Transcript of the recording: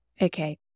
okay